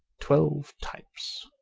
twelve types